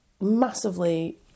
massively